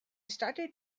started